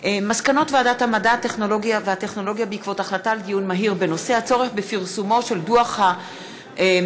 הונחו מסקנות ועדת המדע והטכנולוגיה בעקבות דיון מהיר בהצעתו של חבר